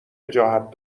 وجاهت